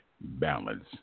balance